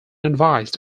advised